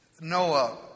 Noah